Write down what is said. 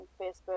Facebook